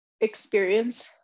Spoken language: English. experience